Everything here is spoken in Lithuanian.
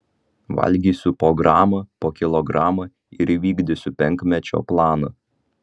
valgysiu po gramą po kilogramą ir įvykdysiu penkmečio planą